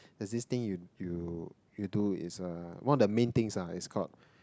there's this thing you you do is uh one of the main things ah is called